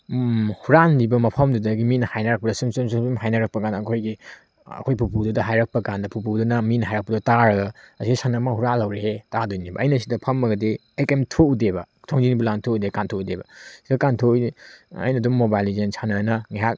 ꯍꯨꯔꯥꯟꯈꯤꯕ ꯃꯐꯝꯗꯨꯗꯒꯤ ꯃꯤꯅ ꯍꯥꯏꯅꯔꯛꯄꯗ ꯁꯨꯝ ꯁꯨꯝ ꯁꯨꯝ ꯁꯨꯝ ꯍꯥꯏꯅꯔꯛꯄ ꯀꯥꯟꯗ ꯑꯩꯈꯣꯏꯒꯤ ꯑꯩꯈꯣꯏ ꯄꯨꯄꯨꯗꯨꯗ ꯍꯥꯏꯔꯛꯄ ꯀꯥꯟꯗ ꯄꯨꯄꯨꯗꯨꯅ ꯃꯤꯅ ꯍꯥꯏꯔꯛꯄꯗꯣ ꯇꯔꯒ ꯑꯁꯤꯗ ꯁꯟ ꯑꯃ ꯍꯨꯔꯥꯜꯍꯧꯔꯦꯍꯦ ꯇꯥꯗꯣꯏꯅꯦꯕ ꯑꯩꯅ ꯁꯤꯗ ꯐꯝꯃꯒꯗꯤ ꯑꯩ ꯀꯩꯝ ꯊꯣꯛꯎꯗꯦꯕ ꯊꯣꯡꯖꯤꯟꯐꯧ ꯂꯥꯟꯊꯣꯛꯎꯗꯦ ꯀꯟꯊꯣꯛꯎꯗꯦꯕ ꯁꯤꯗ ꯀꯥꯟꯊꯣꯛꯎꯏꯁꯦ ꯑꯩꯅ ꯑꯗꯨꯝ ꯃꯣꯕꯥꯏꯜ ꯂꯤꯖꯦꯟ ꯁꯥꯟꯅꯅ ꯉꯩꯍꯥꯛ